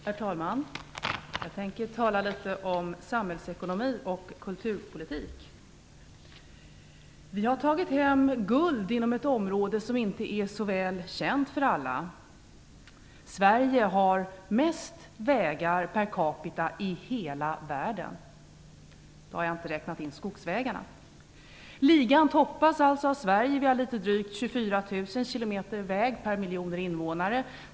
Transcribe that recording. Herr talman! Jag tänker tala litet grand om samhällsekonomi och kulturpolitik. Vi har tagit guld inom ett område som inte är så väl känt för alla. Sverige har mest vägar per capita i hela världen. Då har jag inte räknat in skogsvägarna. Ligan toppas alltså av Sverige. Vi har drygt 24 000 km väg per miljon invånare.